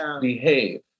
behave